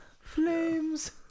flames